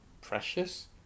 precious